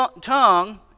tongue